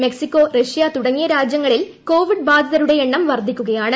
Mexico Russia തുടങ്ങിയ രാജ്യങ്ങളിൽ Covid ബാധിതരുടെ എണ്ണം വർദ്ധിക്കുകയാണ്